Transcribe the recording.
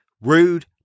rude